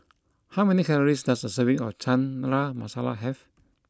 how many calories does a serving of Chana Masala have